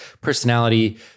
personality